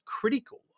critical